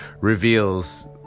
reveals